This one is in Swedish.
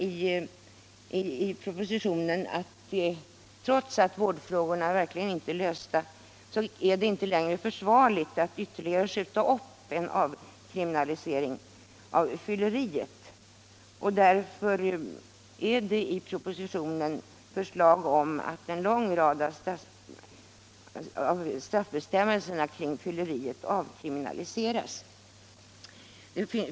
I propositionen sägs vidare att det, trots att vårdfrågorna verkligen inte är lösta, inte längre är försvarligt att ytterligare skjuta upp en avkriminalisering av fylleriet. Därför föreslås i propositionen att en lång Fylleristraffets rad straffbestämmelser kring fylleriet skall avskaffas.